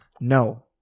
No